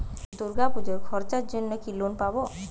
দূর্গাপুজোর খরচার জন্য কি লোন পাব?